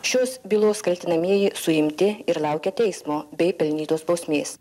šios bylos kaltinamieji suimti ir laukia teismo bei pelnytos bausmės